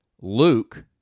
Luke